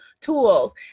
tools